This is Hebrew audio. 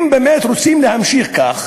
אם באמת רוצים להמשיך כך,